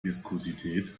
viskosität